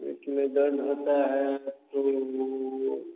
पेट में दर्द होता है तब तो वो